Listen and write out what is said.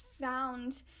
found